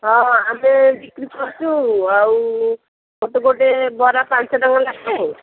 ହଁ ଆମେ ବିକ୍ରି କରୁଛୁ ଆଉ ଗୋଟେ ଗୋଟେ ବରା ପାଞ୍ଚଟଙ୍କା ଲେଖେ